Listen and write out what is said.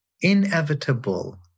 inevitable